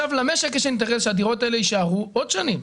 למשק יש אינטרס שהדירות האלה יישארו עוד שנים.